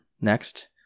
next